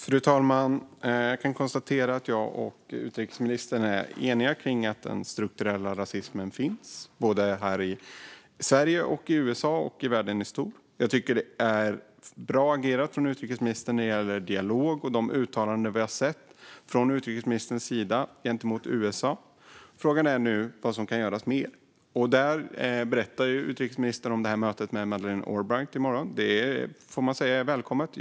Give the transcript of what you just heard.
Fru talman! Jag kan konstatera att utrikesministern och jag är eniga om att den strukturella rasismen finns, såväl här i Sverige och i USA som i världen i stort. Jag tycker att det är bra agerat från utrikesministern när det gäller dialog och de uttalanden vi har sett från utrikesministerns sida gentemot USA. Frågan är nu vad som kan göras mer. Utrikesministern berättade om mötet i morgon med Madeleine Albright. Det får man säga är välkommet.